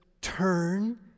turn